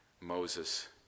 Moses